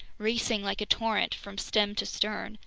racing like a torrent from stem to stern,